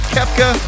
Kepka